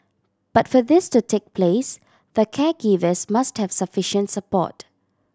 but for this to take place the caregivers must have sufficient support